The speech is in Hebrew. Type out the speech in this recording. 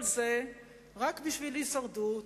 כל זה רק בשביל הישרדות,